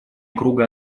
круга